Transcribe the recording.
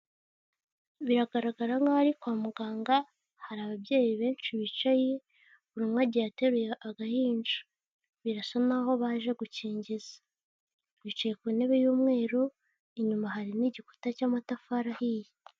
Biragaragara nk'aho ari kwa muganga, hari ababyeyi benshi bicaye, buri umwe agiye ateruye agahinja, birasa n'aho baje gukingiza, bicaye ku ntebe y'umweru, inyuma hari n'igikuta cy'amatafari ahiye.